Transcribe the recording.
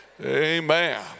Amen